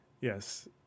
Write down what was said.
Yes